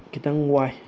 ꯈꯤꯇꯪ ꯋꯥꯏ